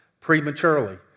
prematurely